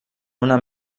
una